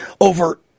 over